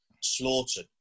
slaughtered